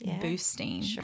boosting